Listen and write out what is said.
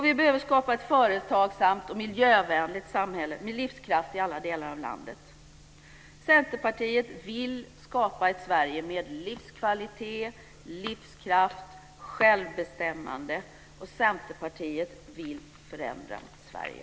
Vi behöver också skapa ett företagsamt och miljövänligt samhälle med livskraft i alla delar av landet. Centerpartiet vill skapa ett Sverige med livskvalitet, livskraft och självbestämmande, och Centerpartiet vill förändra Sverige.